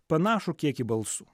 panašų kiekį balsų